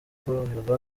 koroherwa